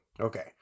Okay